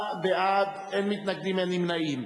ההצעה להעביר את הצעת חוק חינוך ממלכתי (תיקון,